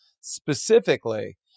specifically